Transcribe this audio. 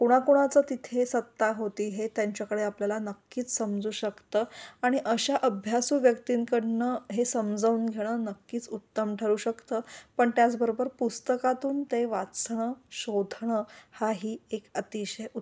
कुणाकुणाचं तिथे सत्ता होती हे त्यांच्याकडे आपल्याला नक्कीच समजू शकतं आणि अशा अभ्यासू व्यक्तींकडनं हे समजवून घेणं नक्कीच उत्तम ठरू शकतं पण त्याचबरोबर पुस्तकातून ते वाचणं शोधणं हा ही एक अतिशय उत्